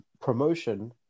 promotion